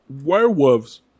werewolves